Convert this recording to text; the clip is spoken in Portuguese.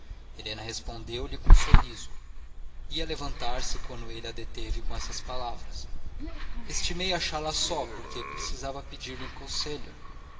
elogio helena respondeu-lhe com um sorriso ia levantar-se quando ele a deteve com estas palavras estimei achá-la só porque precisava pedir-lhe um conselho